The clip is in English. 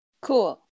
Cool